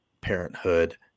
Parenthood